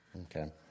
Okay